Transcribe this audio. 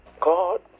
God